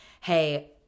hey